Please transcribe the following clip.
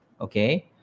okay